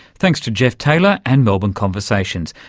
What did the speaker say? thanks to jeff taylor and melbourne conversations,